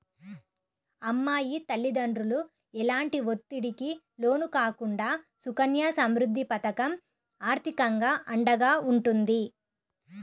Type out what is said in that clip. అమ్మాయి తల్లిదండ్రులు ఎలాంటి ఒత్తిడికి లోను కాకుండా సుకన్య సమృద్ధి పథకం ఆర్థికంగా అండగా ఉంటుంది